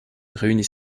réunit